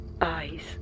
eyes